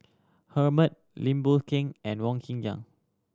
Herman Lim Boon Keng and Wong Kin Jong